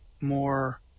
more